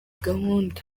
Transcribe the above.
gahunda